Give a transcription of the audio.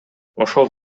ошол